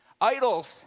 Idols